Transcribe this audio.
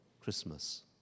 Christmas